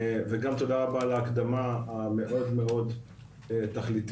וגם תודה רבה על ההקדמה המאוד מאוד תכליתית,